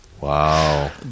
Wow